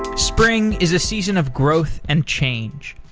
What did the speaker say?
spring is a season of growth and change.